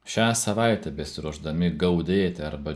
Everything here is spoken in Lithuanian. šią savaitę besiruošdami gaudėti arba